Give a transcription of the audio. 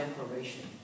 declaration